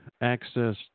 Access